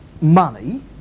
money